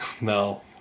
No